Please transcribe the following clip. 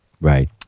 Right